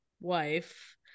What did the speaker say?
wife